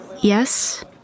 Yes